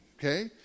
Okay